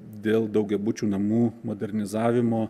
dėl daugiabučių namų modernizavimo